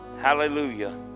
Hallelujah